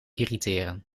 irriteren